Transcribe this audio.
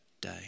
day